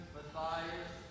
Matthias